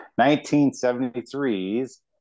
1973's